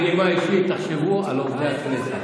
בנימה אישית: תחשבו על עובדי הכנסת,